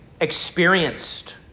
experienced